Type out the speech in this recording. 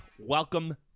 Welcome